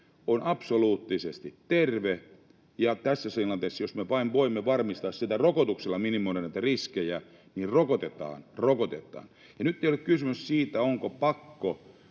on absoluuttisesti terve. Tässä tilanteessa, jos me vain voimme varmistaa sitä rokotuksella, minimoida näitä riskejä, niin rokotetaan, rokotetaan. Ja nyt ei ole kysymys siitä, onko pakko